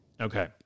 Okay